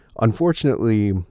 Unfortunately